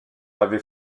avait